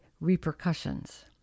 Repercussions